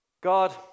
God